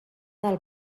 del